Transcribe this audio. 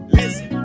Listen